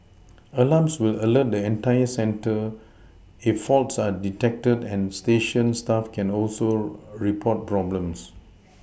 alarms will alert the centre if faults are detected and station staff can also report problems